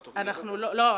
לא,